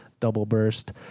doubleburst